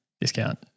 discount